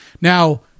Now